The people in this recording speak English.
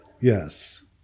Yes